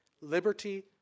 liberty